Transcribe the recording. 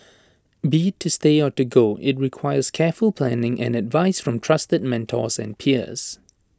be to stay or to go IT requires careful planning and advice from trusted mentors and peers